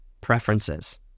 preferences